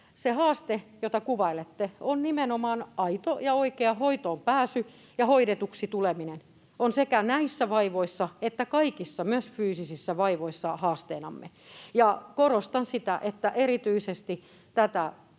Se haaste, jota kuvailette, on nimenomaan aito ja oikea hoitoonpääsy, ja hoidetuksi tuleminen on sekä näissä vaivoissa että kaikissa, myös fyysisissä, vaivoissa haasteenamme. Korostan sitä, että erityisesti tätä